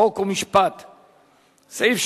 חוק ומשפט נתקבלה.